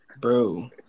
bro